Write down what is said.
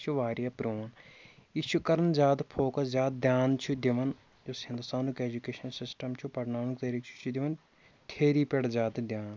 یہِ چھُ واریاہ پرٛون یہِ چھُ کَرُن زیادٕ فوکَس زیادٕ دیان چھُ دِوان یُس ہِندُستانُک اٮ۪جُکیشَن سِسٹَم چھُ پَرناونُک طریٖقہ چھُ یہِ چھُ دِوان تھیری پٮ۪ٹھ زیادٕ دیان